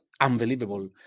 unbelievable